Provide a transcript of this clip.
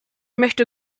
möchte